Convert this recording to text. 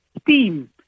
steam